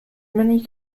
many